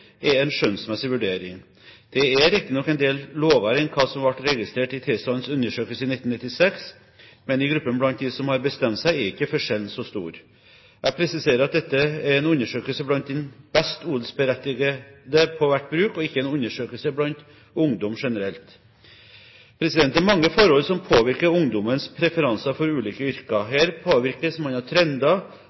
er bra eller dårlig, er en skjønnsmessig vurdering. Det er riktignok en del lavere enn det som ble registrert i tilsvarende undersøkelse i 1996, men i gruppen blant dem som har bestemt seg, er ikke forskjellen så stor. Jeg presiserer at dette er en undersøkelse blant de best odelsberettigede på hvert bruk og ikke en undersøkelse blant ungdom generelt. Det er mange forhold som påvirker ungdommens preferanser for ulike yrker. Her påvirkes man av trender,